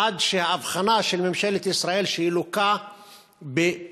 עד שהאבחנה של ממשלת ישראל, שהיא לוקה בפיס-פוביה,